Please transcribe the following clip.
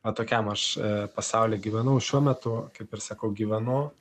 o tokiam aš pasauly gyvenu o šiuo metu kaip ir sakau gyvenu